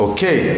Okay